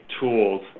tools